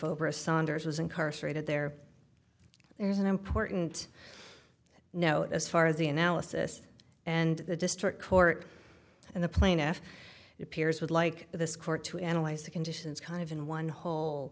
over a saunders was incarcerated there is an important note as far as the analysis and the district court and the plaintiff appears would like this court to analyze the conditions kind of in one whole